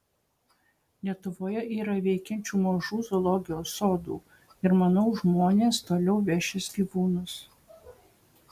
lietuvoje yra veikiančių mažų zoologijos sodų ir manau žmonės toliau vešis gyvūnus